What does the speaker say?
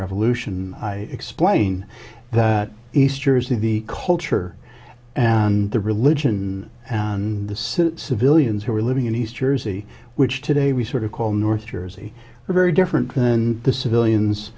revolution i explain that easter is the culture and the religion and the civilians who are living in east jersey which today we sort of call north jersey are very different than the civilians